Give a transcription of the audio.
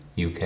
UK